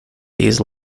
these